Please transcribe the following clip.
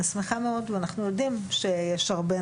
אנחנו יודעים שיש הרבה,